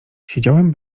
siedziałem